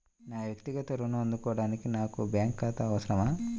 నా వక్తిగత ఋణం అందుకోడానికి నాకు బ్యాంక్ ఖాతా అవసరమా?